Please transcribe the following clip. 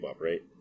right